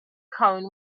cone